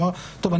הוא אומר: טוב,